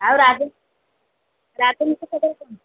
ଆଉ